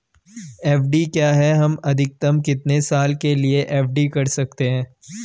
FD क्या है हम अधिकतम कितने साल के लिए एफ.डी कर सकते हैं?